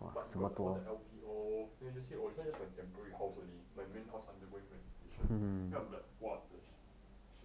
but you got all the L_V all then he say this one is just my temporary house only my main house undergoing renovation then I'm like what the